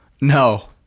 No